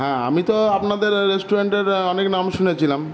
হ্যাঁ আমি তো আপনাদের রেস্টুরেন্টের অনেক নাম শুনেছিলাম